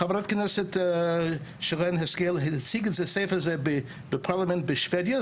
חברת הכנסת שרן השכל הציגה את הספר הזה בפרלמנט בשבדיה,